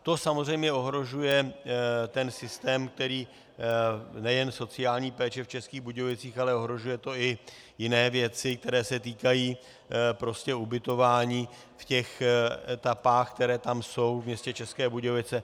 To samozřejmě ohrožuje ten systém nejen sociální péče v Českých Budějovicích, ale ohrožuje to i jiné věci, které se týkají ubytování v těch etapách, které tam jsou, v městě České Budějovice.